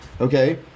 okay